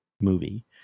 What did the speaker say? movie